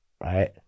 right